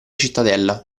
cittadella